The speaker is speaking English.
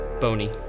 bony